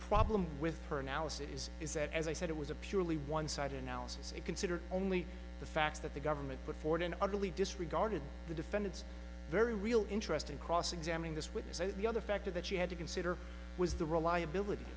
problem with her analysis is that as i said it was a purely one sided analysis and considered only the facts that the government put forward an utterly disregarded the defendant's very real interest in cross examine this witness and the other factor that she had to consider was the reliability